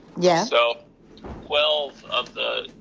yeah so twelve of the